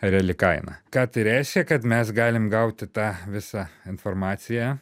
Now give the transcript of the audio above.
reali kaina ką tai reiškia kad mes galim gauti tą visą informaciją